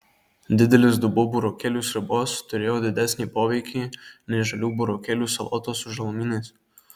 didelis dubuo burokėlių sriubos turėjo didesnį poveikį nei žalių burokėlių salotos su žalumynais